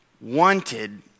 wanted